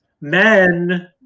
men